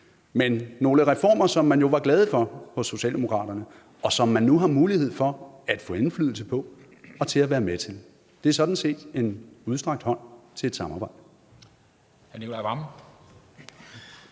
men nogle reformer, som man jo var glad for hos Socialdemokraterne, og som man nu har mulighed for at få indflydelse på og være med til. Det er sådan set en udstrakt hånd til et samarbejde.